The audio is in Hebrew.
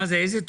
איך קוראים